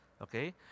Okay